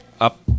up